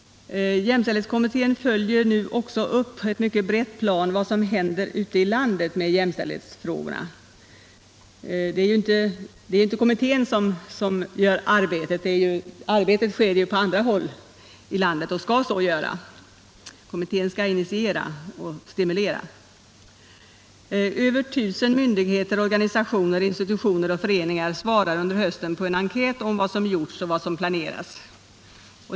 Jämställdhetskommittén följer nu också på ett mycket brett plan upp vad som händer ute i landet med jämställdhetsfrågorna. - Det är inte bara kommittén som gör arbetet, utan arbetet sker ju på andra håll i landet också — och skall så göra; kommittén skall initiera och stimulera. Över tusen myndigheter, organisationer, institutioner och föreningar svarar under hösten på en enkät om vad som gjorts och vad som planeras.